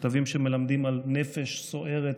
מכתבים שמלמדים על נפש סוערת